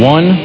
One